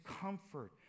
comfort